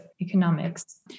economics